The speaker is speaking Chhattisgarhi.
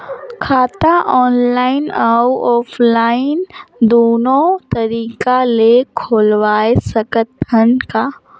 खाता ऑनलाइन अउ ऑफलाइन दुनो तरीका ले खोलवाय सकत हन का?